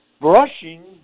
brushing